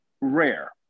rare